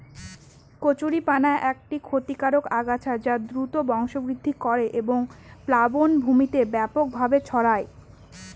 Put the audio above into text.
কচুরিপানা একটি ক্ষতিকারক আগাছা যা দ্রুত বংশবৃদ্ধি করে এবং প্লাবনভূমিতে ব্যাপকভাবে ছড়ায়